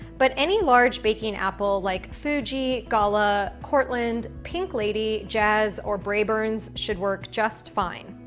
but any large baking apple like fuji, gala, cortland, pink lady, jazz, or braeburns should work just fine.